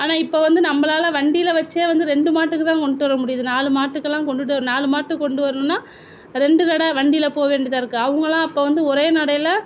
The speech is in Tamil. ஆனால் இப்போ வந்து நம்மளால வண்டில வைச்சே வந்து ரெண்டு மாட்டுக்குதான் கொண்டுட்டு வர முடியுது நாலு மாட்டுக்குலாம் கொண்டுட்டு நாலு மாட்டுக்கு வரணுனா ரெண்டு தடவ வண்டியில போகவேண்டியதா இருக்குது அவங்களான் அப்போ வந்து ஒரே நடையில்